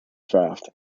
draft